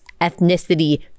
ethnicity